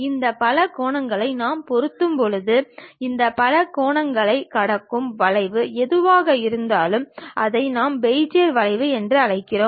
இந்த பலகோணங்களை நாம் பொருத்தும்போது இந்த பலகோணங்களைக் கடக்கும் வளைவு எதுவாக இருந்தாலும் அதை நாம் பெஜியர் வளைவுகள் என்று அழைக்கிறோம்